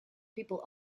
people